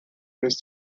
was